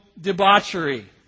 debauchery